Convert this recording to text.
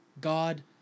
God